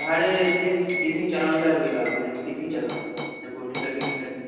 ᱛᱟᱦᱚᱞᱮ ᱛᱤᱥ ᱛᱤᱥ ᱤᱧ ᱪᱟᱞᱟᱣ ᱞᱮᱱ ᱠᱷᱟᱱ ᱦᱩᱭᱩᱜᱼᱟ ᱢᱟᱱᱮ ᱛᱤᱥ ᱤᱧ ᱪᱟᱞᱟᱜ ᱟ ᱵᱷᱚᱨᱛᱤ ᱞᱟᱹᱜᱤᱫ ᱚᱸᱰᱮ